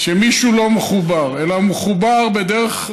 שמישהו לא מחובר, אלא הוא מחובר בדרך מסוימת,